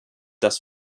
dass